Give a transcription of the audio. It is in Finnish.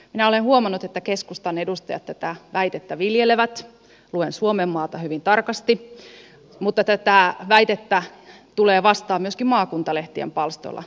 minä olen huomannut että keskustan edustajat tätä väitettä viljelevät luen suomenmaata hyvin tarkasti mutta tätä väitettä tulee vastaan myöskin maakuntalehtien palstoilla valitettavasti